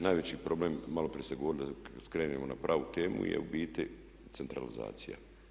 Najveći problem, maloprije sam govorili da skrenemo na pravu temu je ubiti centralizacija.